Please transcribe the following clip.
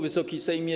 Wysoki Sejmie!